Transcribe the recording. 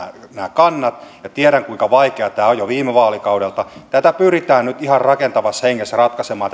kannat ja tiedän kuinka vaikea tämä on jo viime vaalikaudelta tätä saamelaiskysymystä pyritään nyt ihan rakentavassa hengessä ratkaisemaan